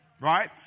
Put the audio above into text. Right